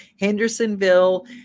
Hendersonville